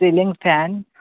single fan